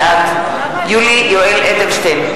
בעד יולי יואל אדלשטיין,